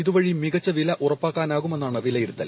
ഇതു വഴി മികച്ച വില ഉറപ്പാക്കാനാകുമെന്നാണ് വിലയിരുത്തൽ